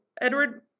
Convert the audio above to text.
Edward